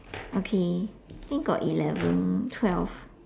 okay I think got eleven twelve